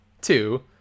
two